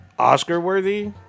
Oscar-worthy